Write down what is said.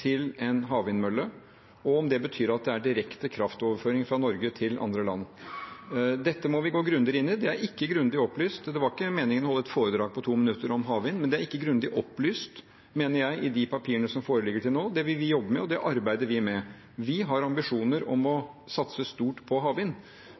til en havvindmølle, og om det betyr at det er direkte kraftoverføring fra Norge til andre land. Dette må vi gå grundigere inn i, det er ikke grundig opplyst. Det var ikke meningen å holde et foredrag på 2 minutter om havvind, men det er ikke grundig opplyst, mener jeg, i de papirene som foreligger til nå. Det vil vi jobbe med, og det arbeider vi med. Vi har ambisjoner om å satse stort på havvind,